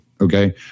okay